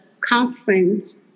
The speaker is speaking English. conference